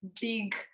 big